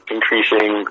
Increasing